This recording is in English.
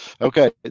Okay